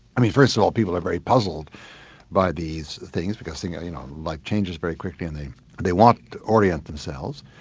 first of all, people are very puzzled by these things, because life you know like changes very quickly, and they they want to orient themselves,